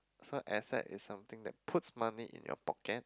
so asset is something that puts money in your pocket